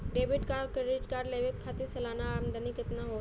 Debit और credit card लेवे के खातिर सलाना आमदनी कितना हो ये के चाही?